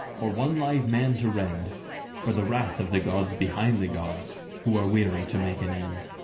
or one live man to rend for the wrath of the gods behind the gods who are weary to make an end.